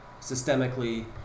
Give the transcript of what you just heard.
systemically